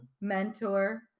mentor